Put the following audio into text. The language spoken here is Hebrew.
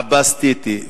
עבאס טיטי,